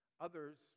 Others